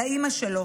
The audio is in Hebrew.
לאימא שלו,